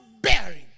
bearing